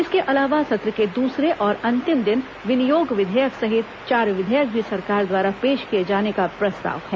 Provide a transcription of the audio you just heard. इसके अलावा सत्र के दूसरे और अंतिम दिन विनियोग विधेयक सहित चार विधेयक भी सरकार द्वारा पेश किए जाने का प्रस्ताव है